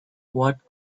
what